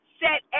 set